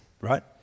right